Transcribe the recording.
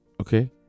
okay